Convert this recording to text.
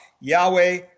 Yahweh